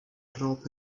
drop